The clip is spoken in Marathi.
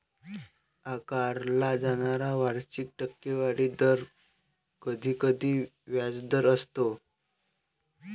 आकारला जाणारा वार्षिक टक्केवारी दर कधीकधी व्याजदर असतो